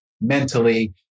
mentally